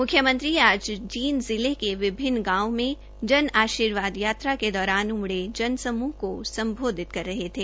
मुख्यमंत्री आज जींद जिले के विभिन्न गांवों में जन आशीर्वाद यात्रा के दौरान उमड़े जनसमृह को संबोधित कर रहे थे